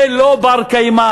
זה לא בר-קיימא,